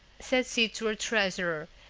said she to her treasurer,